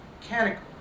category